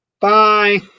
Bye